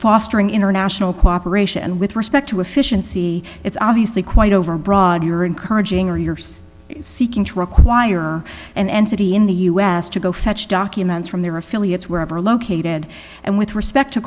fostering international cooperation and with respect to efficiency it's obviously quite overbroad you're encouraging or you're so seeking to require an entity in the us to go fetch documents from their affiliates wherever located and with respect to